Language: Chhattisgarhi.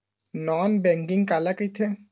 नॉन बैंकिंग काला कइथे?